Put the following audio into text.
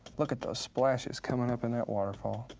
look at those splashes coming up in that waterfall.